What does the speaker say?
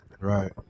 right